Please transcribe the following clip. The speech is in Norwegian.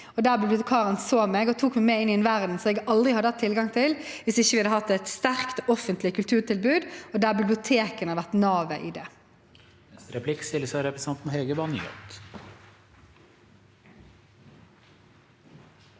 der bibliotekaren så meg og tok meg med inn i en verden jeg aldri hadde hatt tilgang til hvis vi ikke hadde hatt et sterkt offentlig kulturtilbud der bibliotekene har vært navet.